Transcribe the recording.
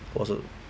was a